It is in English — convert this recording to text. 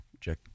check